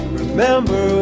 remember